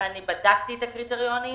אני בדקתי את הקריטריונים.